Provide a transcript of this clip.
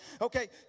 Okay